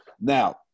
Now